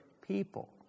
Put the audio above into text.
people